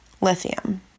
lithium